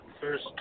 first